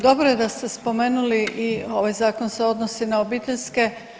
Dobro je da ste spomenuli i ovaj zakon se odnosi na obiteljske.